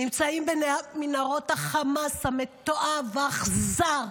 נמצאים במנהרות החמאס המתועב, האכזר.